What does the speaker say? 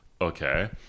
okay